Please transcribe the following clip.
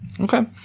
Okay